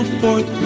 forth